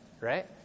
right